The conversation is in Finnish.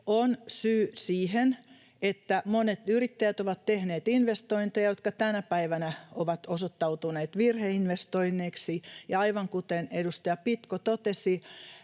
on syy siihen, että monet yrittäjät ovat tehneet investointeja, jotka tänä päivänä ovat osoittautuneet virheinvestoinneiksi. Aivan kuten edustaja Pitko totesi,